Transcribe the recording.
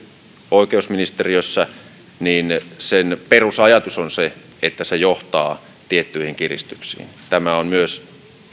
oikeusministeriössä perusajatus on se että se johtaa tiettyihin kiristyksiin tämä on myös